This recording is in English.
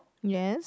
yes